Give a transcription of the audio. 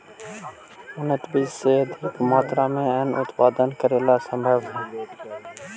उन्नत बीज से अधिक मात्रा में अन्नन उत्पादन करेला सम्भव हइ